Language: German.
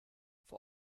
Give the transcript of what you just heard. vor